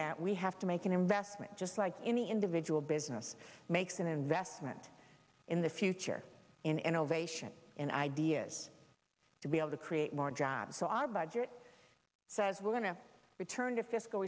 that we have to make an investment just like any individual business makes an investment in the future in innovation in ideas to be able to create more jobs so our budget says we're going to return to fiscal